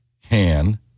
Han